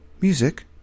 Music